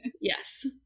Yes